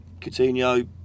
Coutinho